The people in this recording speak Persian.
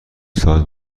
سایز